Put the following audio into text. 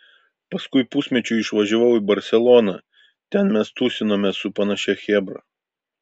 paskui pusmečiui išvažiavau į barseloną ten mes tūsinomės su panašia chebra